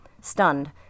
Stunned